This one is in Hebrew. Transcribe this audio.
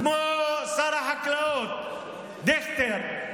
כמו שר החקלאות דיכטר.